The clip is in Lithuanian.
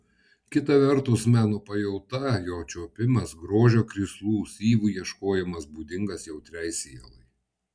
kita vertus meno pajauta jo čiuopimas grožio krislų syvų ieškojimas būdingas jautriai sielai